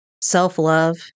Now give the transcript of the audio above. self-love